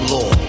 Law